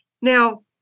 Now